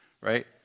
right